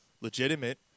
legitimate